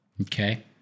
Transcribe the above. Okay